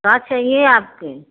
क्या चाहिए आपके